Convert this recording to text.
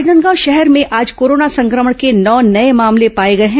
राजनांदगांव शहर में आज ्कोरोना संक्रमण के नौ नए मामले पाए गए हैं